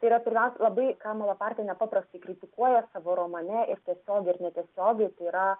tai yra pirmiausia labai ką malapartė nepaprastai kritikuoja savo romane ir tiesiogiai ir netiesiogiai tai yra